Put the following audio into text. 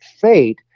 fate